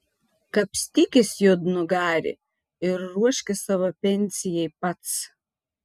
kapstykis juodnugari ir ruoškis savo pensijai pats